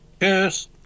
Yes